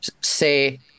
Say